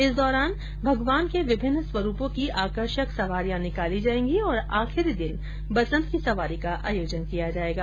इस दौरान भगवान के विभिन्न स्वरूपों की आकर्षक सवारियां निकाली जाएगी और आखिरी दिन बसंत की सवारी का आयोजन किया जायेगा